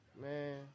Man